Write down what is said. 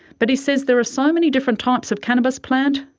but he says there are so many different types of cannabis plant,